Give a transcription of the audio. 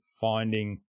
finding